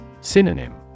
Synonym